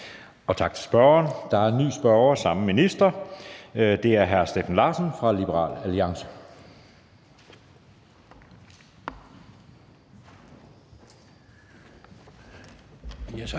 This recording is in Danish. Og tak til spørgeren. Der er en ny spørger og samme minister. Det er hr. Steffen Larsen fra Liberal Alliance.